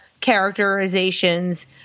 characterizations